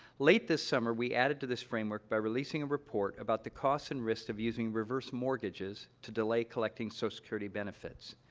late this summer, we added to this framework by releasing a report about the costs and risks of using reverse mortgages to delay collecting social so security benefits.